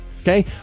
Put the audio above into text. Okay